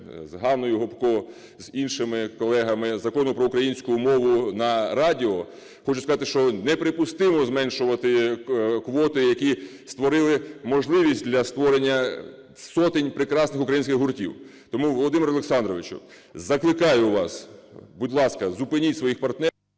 з Ганною Гопко, і іншими колегами Закону про українську мову на радіо, хочу сказати, що неприпустимо зменшувати квоти, які створили можливість для створення сотень прекрасних українських гуртів. Тому, Володимире Олександровичу, закликаю вас, будь ласка, зупиніть своїх…